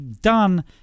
done